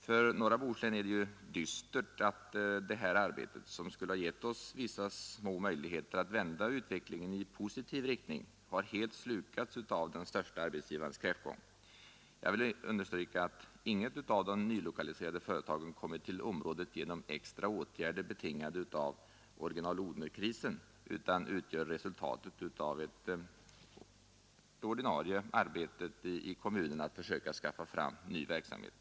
För norra Bohuslän är det ju dystert att det här arbetet, som skulle ha gett oss vissa små möjligheter att vända utvecklingen i positiv riktning, har helt slukats av den största arbetsgivarens kräftgång. Jag vill understryka att inget av de nyetablerade företagen kommit till området genom extra åtgärder betingade av Original-Odhnerkrisen utan utgör resultatet av det ordinarie arbetet i kommunen att försöka skaffa fram ny verksamhet.